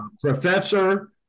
professor